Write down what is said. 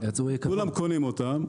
כולם קונים אותם,